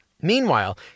Meanwhile